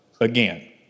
again